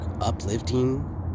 uplifting